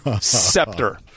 scepter